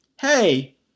hey